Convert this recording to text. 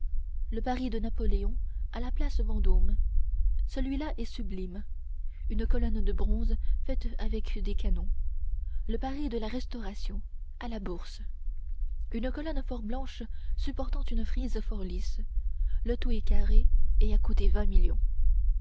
le paris de napoléon à la place vendôme celui-là est sublime une colonne de bronze faite avec des canons le paris de la restauration à la bourse une colonnade fort blanche supportant une frise fort lisse le tout est carré et a coûté